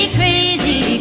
crazy